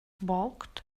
balked